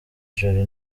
jolly